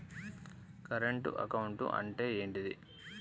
Current account అంటే ఏంటిది?